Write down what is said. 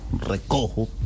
recojo